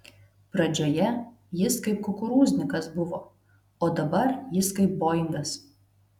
pradžioje jis kaip kukurūznikas buvo o dabar jis kaip boingas